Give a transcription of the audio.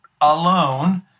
alone